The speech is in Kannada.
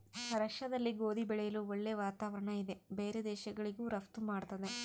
ರಷ್ಯಾದಲ್ಲಿ ಗೋಧಿ ಬೆಳೆಯಲು ಒಳ್ಳೆ ವಾತಾವರಣ ಇದೆ ಬೇರೆ ದೇಶಗಳಿಗೂ ರಫ್ತು ಮಾಡ್ತದೆ